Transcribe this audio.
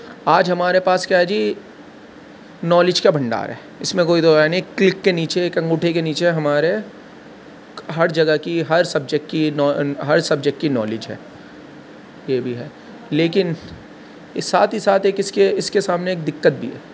آج ہمارے پاس کیا ہے جی نالج کا بھنڈار ہے اس میں کوئی دو رائے نہیں کلک کے نیچے ایک انگوٹھے کے نیچے ہمارے ہر جگہ کی ہر سبجیکٹ کی نو ہر سبجیکٹ کی نالج ہے یہ بھی ہے لیکن ساتھ ہی ساتھ ایک اس کے اس کے سامنے دقت بھی ہے